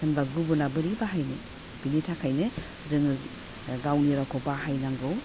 होनबा गुबुना बोरै बाहायनो बिनि थाखायनो जोङो गावनि रावखौ बाहायनांगौ